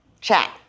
chat